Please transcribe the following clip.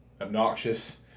obnoxious